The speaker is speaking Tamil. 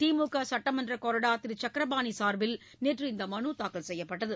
திமுக சட்டமன்றக் கொறடா திரு சக்கரபாணி சார்பில் நேற்று இந்த மனு தாக்கல் செய்யப்பட்டது